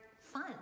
fun